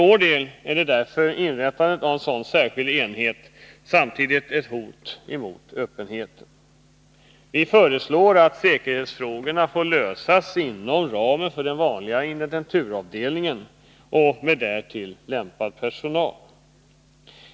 Vpk anser därför att inrättandet av en särskild säkerhetsenhet är ett hot mot öppenheten. Vi föreslår i stället att säkerhetsfrågorna skall lösas inom ramen för den vanliga intendenturavdelningen, med därtill lämpad personal.